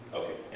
okay